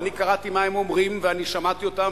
אני קראתי מה הם אומרים ושמעתי אותם,